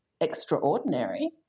extraordinary